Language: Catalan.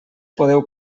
podeu